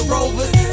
Rovers